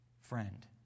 Friend